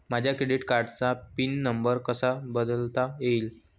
माझ्या क्रेडिट कार्डचा PIN number कसा बदलता येईल?